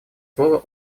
слово